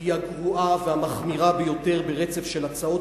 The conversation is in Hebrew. היא הגרועה והמחמירה ביותר ברצף של הצעות